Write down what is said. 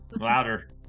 Louder